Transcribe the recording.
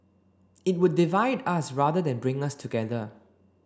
it would divide us rather than bring us together